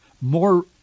more